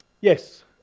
Yes